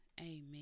Amen